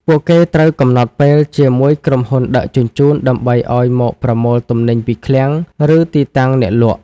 ពួកគេត្រូវកំណត់ពេលជាមួយក្រុមហ៊ុនដឹកជញ្ជូនដើម្បីឱ្យមកប្រមូលទំនិញពីឃ្លាំង ឬទីតាំងអ្នកលក់។